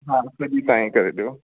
हा सॼी तव्हां ई करे ॾियो